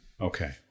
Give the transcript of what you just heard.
Okay